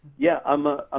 yeah, i'm a ah